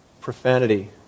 profanity